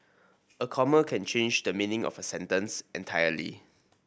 a comma can change the meaning of a sentence entirely